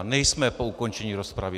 Nejsme po ukončení rozpravy.